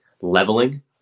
leveling